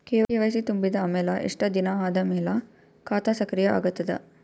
KYC ತುಂಬಿದ ಅಮೆಲ ಎಷ್ಟ ದಿನ ಆದ ಮೇಲ ಖಾತಾ ಸಕ್ರಿಯ ಅಗತದ?